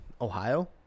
Ohio